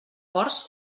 ports